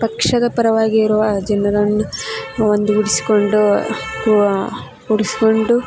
ಪಕ್ಷದ ಪರವಾಗಿ ಇರುವ ಜನರನ್ನು ಒಂದುಗೂಡಿಸ್ಕೊಂಡು ಕೂಡಿಸ್ಕೊಂಡು